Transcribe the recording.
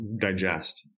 digest